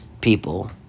people